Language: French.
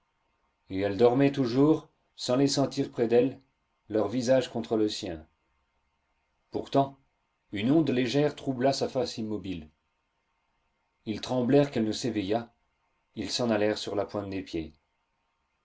et elle dormait toujours sans les sentir près d'elle leur visage contre le sien pourtant une onde légère troubla sa face immobile ils tremblèrent qu'elle ne s'éveillât ils s'en allèrent sur la pointe des pieds